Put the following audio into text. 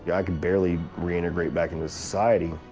i could barely reintegrate back into society,